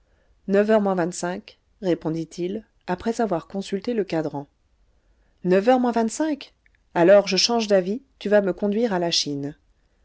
neuf heures moins vingt-cinq répondit-il après avoir consulté le cadran neuf heures moins vingt-cinq alors je change d'avis tu vas me conduire à lachine